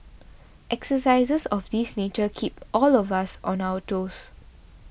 exercises of this nature keep all of us on our toes